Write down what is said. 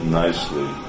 nicely